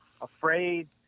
afraid